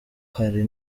hari